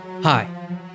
Hi